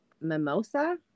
mimosa